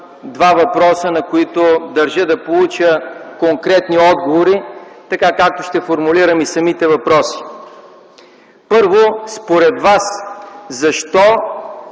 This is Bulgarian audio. два въпроса, на които държа да получа конкретни отговори, така както ще формулирам и самите въпроси. Първо, според Вас, защо